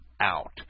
out